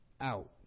out